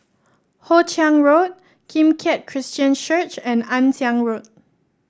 Hoe Chiang Road Kim Keat Christian Church and Ann Siang Road